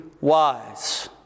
wise